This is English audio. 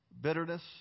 bitterness